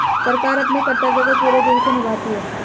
सरकार अपने कर्तव्य को पूरे दिल से निभाती है